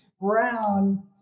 brown